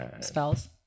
spells